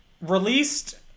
Released